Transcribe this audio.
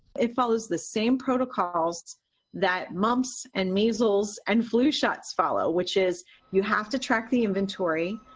it follows the same protocols that mumps and measles and flu shots follow which is you have to track the inventory.